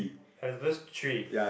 has verse three